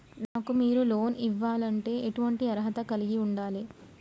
నాకు మీరు లోన్ ఇవ్వాలంటే ఎటువంటి అర్హత కలిగి వుండాలే?